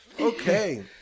okay